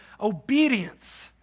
Obedience